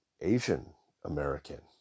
Asian-American